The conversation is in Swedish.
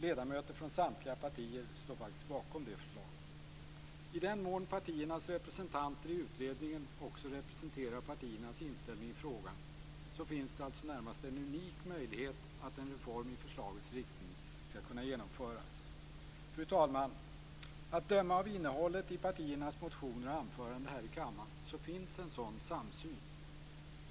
Ledamöter från samtliga partier står faktiskt bakom de förslagen. I den mån partiernas representanter i utredningen också representerar partiernas inställning i frågan finns det alltså en närmast unik möjlighet att en reform i förslagets riktning skall kunna genomföras. Fru talman! Att döma av innehållet i partiernas motioner och anföranden här i kammaren finns en sådan samsyn.